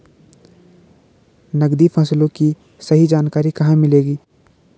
नकदी फसलों की सही जानकारी कहाँ मिलेगी?